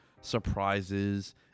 surprises